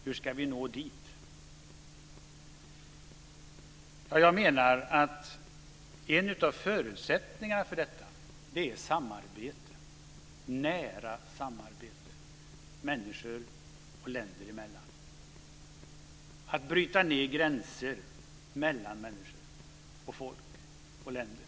Hur ska vi nå dit? Jag menar att en av förutsättningarna för detta är nära samarbete människor och länder emellan. Det handlar om att bryta ned gränser mellan människor, folk och länder.